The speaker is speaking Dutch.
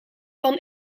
van